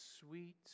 sweet